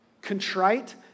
contrite